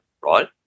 right